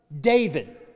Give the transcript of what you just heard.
David